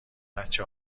بچه